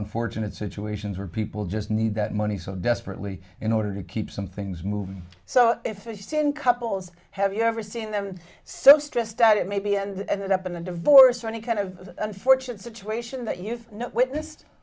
unfortunate situations where people just need that money so desperately in order to keep some things move so if you sin couples have you ever seen them so stressed out it maybe end up in the divorce or any kind of unfortunate situation that you've witness